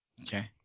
Okay